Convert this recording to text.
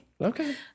Okay